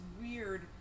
weird